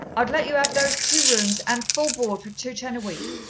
i'd let you ave those two rooms, and full board, for two-ten a week!